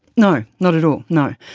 no, not at all, no.